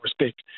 respect